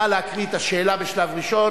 נא להקריא את השאלה בשלב ראשון.